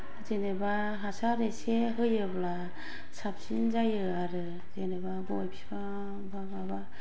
जेनेबा हासार एसे होयोब्ला साबसिन जायो आरो जेनेबा गय बिफां बा माबा